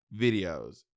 Videos